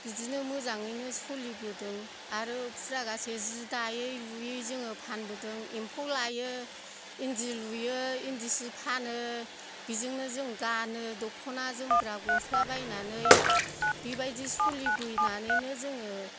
बिदिनो मोजाङैनो सलिबोदों आरो पुरागासे जि दायै लुयै जोङो फानबोदों एम्फौ लायो इन्दि लुयै इन्दि सि फानो बिजोंनो जों गानो दख'ना जोमग्रा गस्ला बायनानै बेबायदि सलिबोनानैनो जोङो